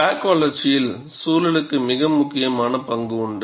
crack வளர்ச்சியில் சூழலுக்கு மிக முக்கிய பங்கு உண்டு